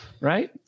right